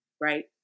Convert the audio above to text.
Right